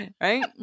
right